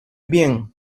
bien